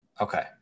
Okay